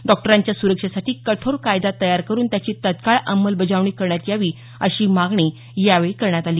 डॉक्टरांच्या सुरक्षेसाठी कठोर कायदा तयार करून त्याची तत्काळ अंमलबजावणी करण्यात यावी अशी मागणी यावेळी करण्यात आली